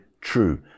true